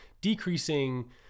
decreasing